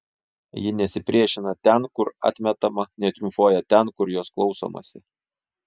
ji nesipriešina ten kur atmetama netriumfuoja ten kur jos klausomasi